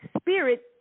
spirit